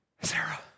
Sarah